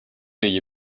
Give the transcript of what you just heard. ayez